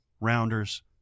Rounders